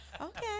Okay